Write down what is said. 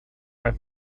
have